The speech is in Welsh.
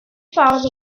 ffordd